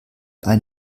ein